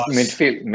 Midfield